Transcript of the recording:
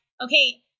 okay